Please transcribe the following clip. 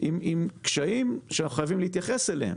עם קשיים שאנחנו חייבים להתייחס אליהם.